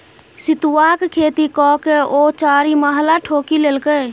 सितुआक खेती ककए ओ चारिमहला ठोकि लेलकै